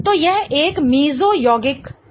तो यह एक मेसो यौगिक होगा ठीक है